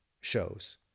shows